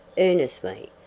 earnestly,